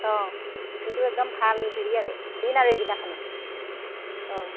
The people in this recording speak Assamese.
অঁ এইটো একদম ভাল হেৰি আৰু দিন আৰু